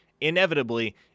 Inevitably